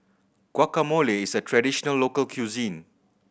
guacamole is a traditional local cuisine